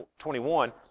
21